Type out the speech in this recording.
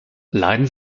leiden